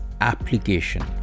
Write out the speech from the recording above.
application